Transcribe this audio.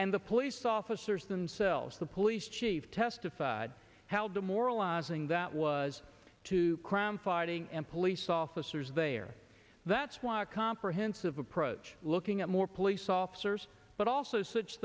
and the police officers themselves the police chief testified how demoralizing that was to crime fighting and police officers there that's why a comprehensive approach looking at more police officers but also such